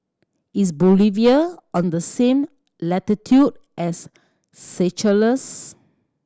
is Bolivia on the same latitude as Seychelles